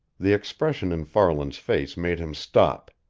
the expression in farland's face made him stop,